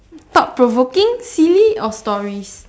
talk provoking silly or stories